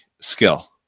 skill